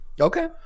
Okay